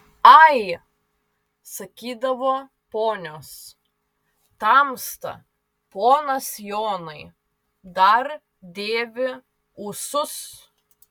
ai sakydavo ponios tamsta ponas jonai dar dėvi ūsus